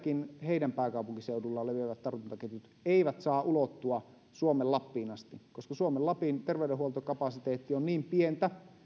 heidänkin pääkaupunkiseudulla leviävät tartuntaketjut eivät saa ulottua suomen lappiin asti koska suomen lapin terveydenhuoltokapasiteetti on niin pientä